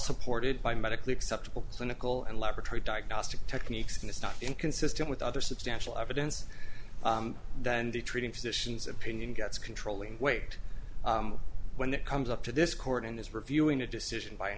supported by medically acceptable clinical and laboratory diagnostic techniques and it's not inconsistent with other substantial evidence then the treating physicians opinion gets controlling weight when it comes up to this court and is reviewing a decision by